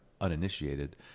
uninitiated